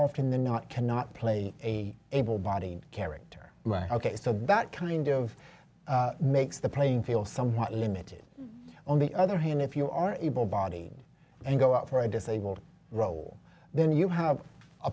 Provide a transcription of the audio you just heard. often than not cannot play a able bodied character ok so that kind of makes the playing field somewhat limited on the other hand if you are able bodied and go out for a disabled role then you have a